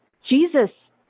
Jesus